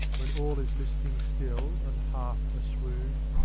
when all is listening-still and half-a-swoon.